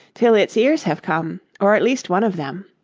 till its ears have come, or at least one of them